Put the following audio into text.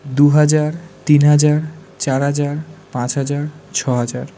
দু হাজার তিন হাজার চার হাজার পাঁচ হাজার ছ হাজার